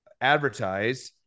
advertise